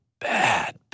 bad